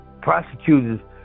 prosecutors